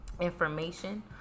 information